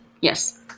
Yes